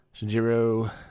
Shinjiro